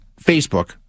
Facebook